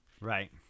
right